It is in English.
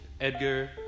Edgar